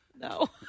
No